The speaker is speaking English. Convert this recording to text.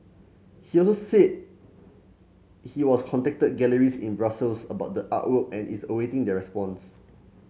he also said he was contacted galleries in Brussels about the artwork and is awaiting their response